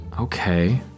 Okay